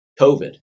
COVID